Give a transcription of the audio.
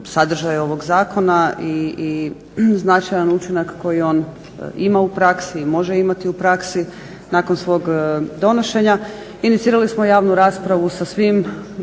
Hvala vam